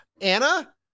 Anna